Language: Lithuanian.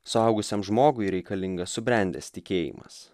suaugusiam žmogui reikalingas subrendęs tikėjimas